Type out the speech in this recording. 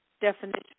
definition